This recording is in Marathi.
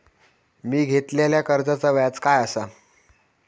मी घेतलाल्या कर्जाचा व्याज काय आसा?